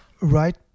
right